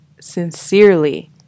sincerely